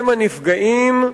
הם הנפגעים,